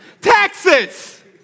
Taxes